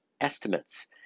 estimates